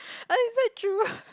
oh is that true